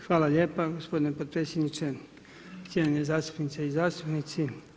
Hvala lijepo gospodine potpredsjedniče, cijenjene zastupnice i zastupnici.